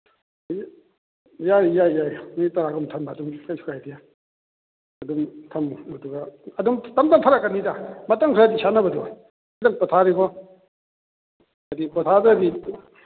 ꯌꯥꯏ ꯌꯥꯏ ꯌꯥꯏ ꯅꯨꯃꯤꯠ ꯇꯔꯥꯒꯨꯝ ꯊꯝꯕ ꯑꯗꯨꯝ ꯀꯩꯁꯨ ꯀꯥꯏꯗꯦ ꯑꯗꯨꯝ ꯊꯝꯃꯨ ꯑꯗꯨꯒ ꯑꯗꯨꯝ ꯇꯞ ꯇꯞ ꯐꯔꯛꯀꯅꯤꯗ ꯃꯇꯝ ꯈꯔꯗꯤ ꯁꯥꯟꯟꯕꯗꯨ ꯈꯤꯇꯪ ꯄꯣꯊꯥꯕꯤꯈꯣ ꯍꯥꯏꯗꯤ ꯄꯣꯊꯥꯗ꯭ꯔꯗꯤ